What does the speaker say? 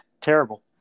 terrible